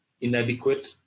Inadequate